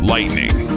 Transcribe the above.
Lightning